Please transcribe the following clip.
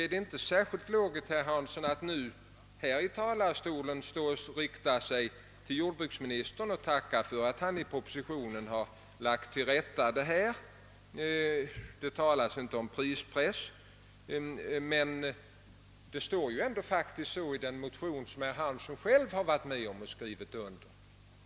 Men det är inte särskilt logiskt, herr Hansson, att i talarstolen rikta sig till jordbruksministern och tacka för att han i propositionen lagt sakerna till rätta. Det talas inte om prispress i propositionen men däremot i den motion som herr Hansson i Skegrie själv har skrivit under.